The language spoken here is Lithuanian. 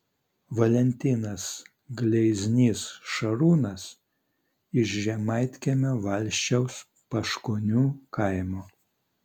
valentinas gleiznys šarūnas iš žemaitkiemio valsčiaus paškonių kaimo